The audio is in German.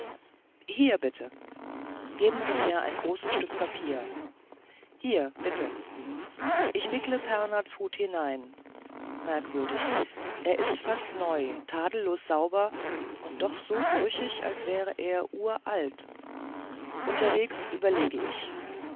hier bitte geben sie mir ein großes stück papier hier bitte ich wickle pernaths hut hinein merkwürdig er ist fast neu tadellos sauber und doch so brüchig als wäre er uralt unterwegs überlege ich